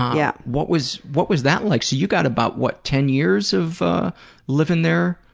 yeah. what was what was that like? so you got about, what, ten years of ah living there?